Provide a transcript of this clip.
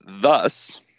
thus